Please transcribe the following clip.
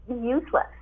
Useless